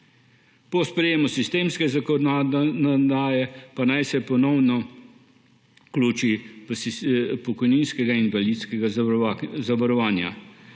po sprejetju sistemske zakonodaje pa naj se ponovno vključi v sistem pokojninskega invalidskega zavarovanja.